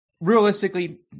realistically